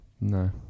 no